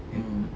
mm